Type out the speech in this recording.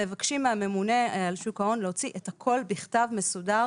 מבקשים מהממונה על שוק ההון להוציא את הכול בכתב מסודר